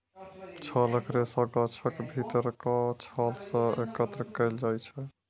छालक रेशा गाछक भीतरका छाल सं एकत्र कैल जाइ छै